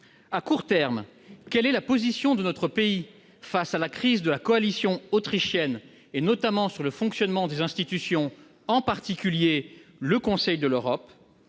À court terme, quelle est la position de notre pays face à la crise de la coalition autrichienne, notamment au regard du fonctionnement des institutions européennes, en particulier le Conseil ? Par